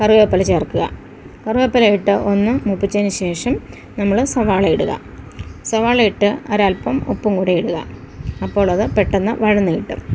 കറിവേപ്പില ചേർക്കുക കറിവേപ്പില ഇട്ട് ഒന്ന് മൂപ്പിച്ചതിന് ശേഷം നമ്മൾ സവാള ഇടുക സവാള ഇട്ട് ഒരൽപ്പം ഉപ്പും കൂടെ ഇടുക അപ്പോൾ അത് പെട്ടെന്ന് വഴന്ന് കിട്ടും